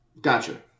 Gotcha